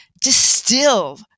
distill